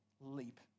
leap